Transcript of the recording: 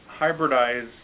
hybridize